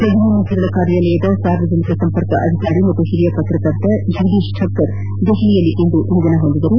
ಪ್ರಧಾನಮಂತ್ರಿಯವರ ಕಾರ್ಯಾಲಯದ ಸಾರ್ವಜನಿಕ ಸಂಪರ್ಕ ಅಧಿಕಾರಿ ಹಾಗೂ ಹಿರಿಯ ಪತ್ರಕರ್ತ ಜಗದೀಶ್ ಠಕ್ಕರ್ ದೆಹಲಿಯಲ್ಲಿಂದು ನಿಧನ ಹೊಂದಿದ್ದಾರೆ